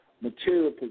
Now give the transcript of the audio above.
material